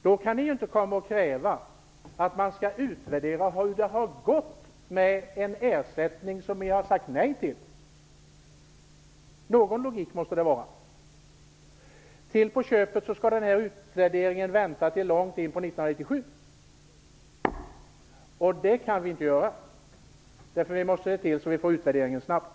Då kan ni inte komma och kräva att man skall utvärdera hur det har gått med den ersättning som ni har sagt nej till. Någon logik måste det vara. Till på köpet skall denna utvärdering vänta till långt in på 1997. Det kan vi inte göra. Vi måste se till att utvärderingen sker snabbt.